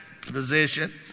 position